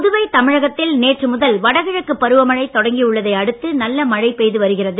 புதுவை தமிழகத்தில் நேற்று முதல் வடகிழக்கு பருவமழை தொடங்கியுள்ளதை அடுத்து நல்ல மழை பெய்து வருகிறது